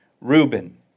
Reuben